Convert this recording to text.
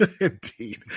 Indeed